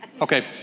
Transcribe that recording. Okay